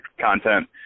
content